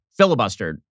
filibustered